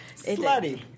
Slutty